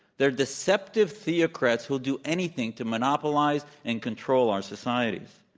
they're deceptive theocrats who will do anything to monopolize and control our societies.